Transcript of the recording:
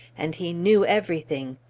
and he knew everything.